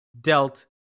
dealt